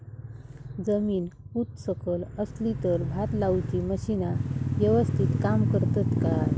जमीन उच सकल असली तर भात लाऊची मशीना यवस्तीत काम करतत काय?